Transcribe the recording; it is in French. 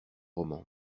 roman